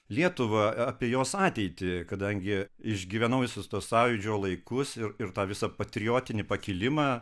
lietuvą apie jos ateitį kadangi išgyvenau visus tuos sąjūdžio laikus ir ir tą visą patriotinį pakilimą